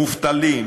מובטלים,